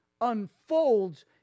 unfolds